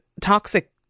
toxic